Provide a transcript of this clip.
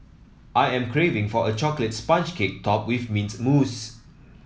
I am craving for a chocolate sponge cake topped with mint mousse